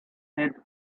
head